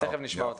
תכף נשמע אותם.